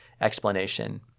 explanation